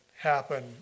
happen